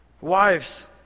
Wives